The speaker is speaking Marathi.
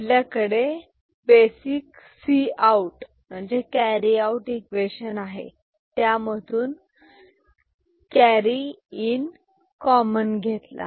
आपल्याकडे बेसिक Cout इक्वेशन आहे त्यामधून Cin कॉमन घेतला